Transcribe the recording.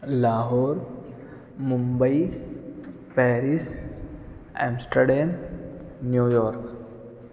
Lahore Mumbai Paris Amsterdam New York